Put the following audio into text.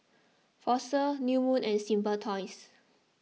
Fossil New Moon and Simply Toys